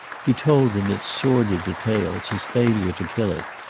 he told in its sordid details his failure to kill it,